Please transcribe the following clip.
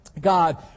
God